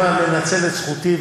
מנצל את זכותי,